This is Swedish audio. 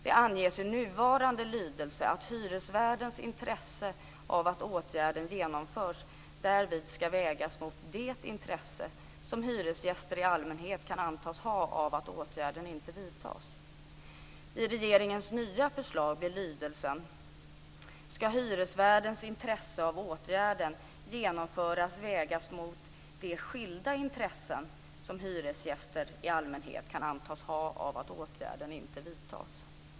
Det anges enligt nuvarande lydelse att hyresvärdens intresse av att åtgärden genomförs därvid ska vägas mot det intresse som hyresgäster i allmänhet kan antas ha av att åtgärden inte vidtas. I regeringens nya förslag är lydelsen: ska hyresvärdens intresse av att åtgärden genomförs vägas mot de skilda intressen som hyresgäster i allmänhet kan antas ha av att åtgärden inte vidtas.